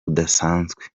budasanzwe